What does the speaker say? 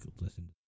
listen